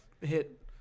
hit